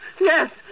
Yes